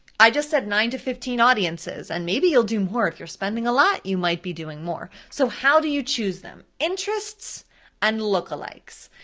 i just said nine to fifteen audiences, and maybe you'll do more. if you're spending a lot, you might be doing more. so how do you choose them? interests and lookalikes.